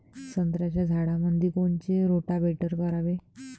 संत्र्याच्या झाडामंदी कोनचे रोटावेटर करावे?